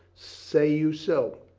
say you so?